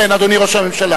כן, אדוני ראש הממשלה.